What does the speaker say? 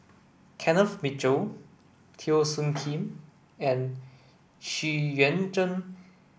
Kenneth Mitchell Teo Soon Kim and Xu Yuan Zhen